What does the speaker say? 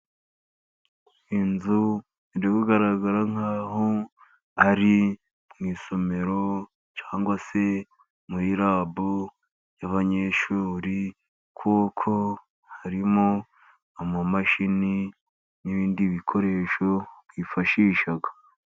Inzu iri kugaragara nk'aho ari mu isomero cyangwa se muri rabu y'abanyeshuri, kuko harimo imashini n'ibindi bikoresho byifashishwa.